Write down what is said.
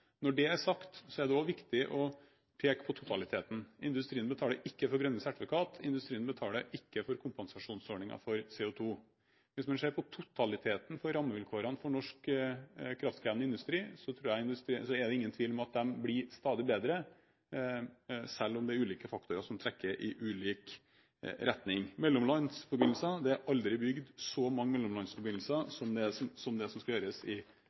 Når det er sagt, er det også viktig å peke på totaliteten. Industrien betaler ikke for grønne sertifikater, og industrien betaler ikke for kompensasjonsordninger for CO2. Hvis man ser på totaliteten for rammevilkårene for norsk kraftkrevende industri, er det ingen tvil om at de blir stadig bedre, selv om det er ulike faktorer som trekker i ulik retning. Når det gjelder mellomlandsforbindelser: Det er aldri bygd så mange mellomlandsforbindelser som det som skal gjøres i